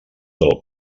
del